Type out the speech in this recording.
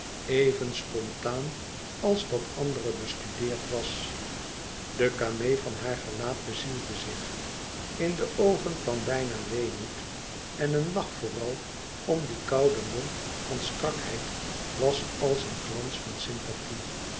even spontaan als dat andere bestudeerd was de camee van haar gelaat bezielde zich in de oogen kwam bijna weemoed en een lach vooral om dien kouden mond van strakheid was als een glans van sympathie